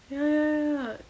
ya ya ya